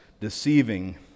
deceiving